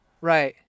Right